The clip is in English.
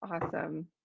awesome